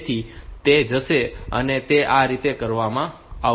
તેથી તે જશે અને તે આ રીતે કરવામાં આવશે